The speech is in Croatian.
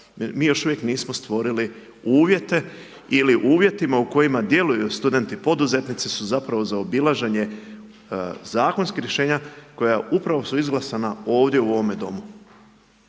Mi još uvijek nismo stvorili uvjete, ili uvjetima u kojima djeluju studenti poduzetnici, su zapravo zaobilaženje zakonskih rješenja, koja upravo su izglasana ovdje u ovome Domu.